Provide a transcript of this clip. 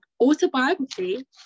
Autobiography